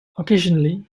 occasionally